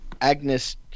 Agnes